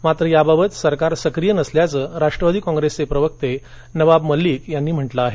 मात्र याबाबत सरकार सक्रीय नसल्याचं राष्ट्रवादी कॉंग्रेसचे प्रवक्ते नवाब मलिक यांनी म्हटलं आहे